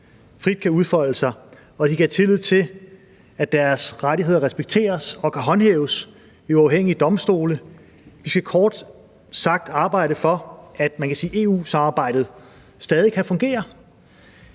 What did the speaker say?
frit kan udfolde sig, og at de kan have tillid til, at deres rettigheder respekteres og kan håndhæves ved uafhængige domstole. Vi skal kort sagt arbejde for, at EU-samarbejdet stadig kan fungere.